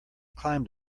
climbed